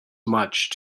much